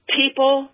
people